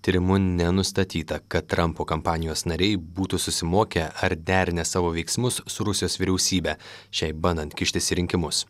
tyrimu nenustatyta kad trampo kampanijos nariai būtų susimokę ar derinę savo veiksmus su rusijos vyriausybe šiai bandant kištis į rinkimus